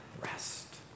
rest